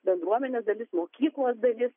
bendruomenės dalis mokyklos dalis